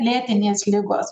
lėtinės ligos